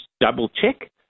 double-check